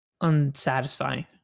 unsatisfying